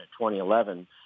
2011